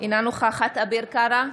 אינה נוכחת אביר קארה,